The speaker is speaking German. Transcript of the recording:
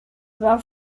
war